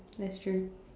that's true